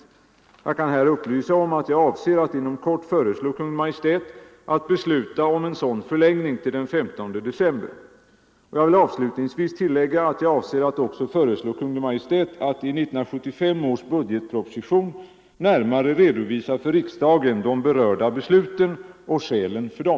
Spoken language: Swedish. Jag kan här upplysa om att jag avser att inom kort föreslå Kungl. Maj:t att besluta om en sådan förlängning till den 15 december. Jag vill avslutningsvis tillägga att jag avser att också föreslå Kungl. Maj:t att i 1975 års budgetproposition närmare redovisa för riksdagen de berörda besluten och skälen för dem.